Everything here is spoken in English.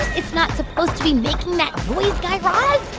it's not supposed to be making that noise, guy raz